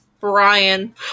Brian